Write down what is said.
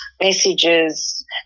messages